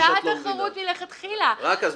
אבל כבר הייתה התחרות מלכתחילה והוגשה רק הצעה על שתי הצעות.